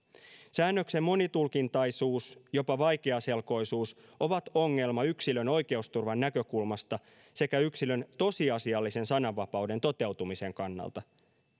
säännöksen monitulkintaisuus jopa vaikeaselkoisuus ovat ongelma yksilön oikeusturvan näkökulmasta sekä yksilön tosiasiallisen sananvapauden toteutumisen kannalta